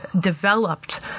developed